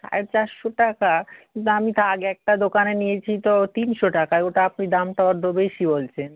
সাড়ে চারশো টাকা কিন্তু আমি তো আগে একটা দোকানে নিয়েছি তো তিনশো টাকায় ওটা আপনি দামটা বড্ড বেশি বলছেন